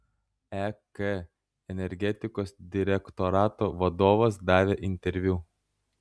ek energetikos direktorato vadovas davė interviu